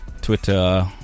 Twitter